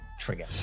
trigger